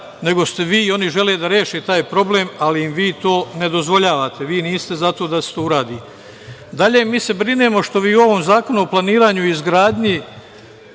nego ste vi i oni žele da reše taj problem, ali im vi to ne dozvoljavate. Vi niste za to da se to uradi. Dalje, mi se brinemo što vi u ovom zakonu o planiranju i izgradnji